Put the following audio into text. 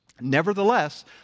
Nevertheless